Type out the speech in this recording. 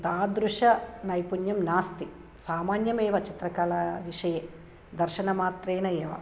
तादृशं नैपुण्यं नास्ति सामान्यमेव चित्रकलाविषये दर्शनमात्रेणेव